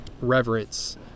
reverence